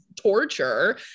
torture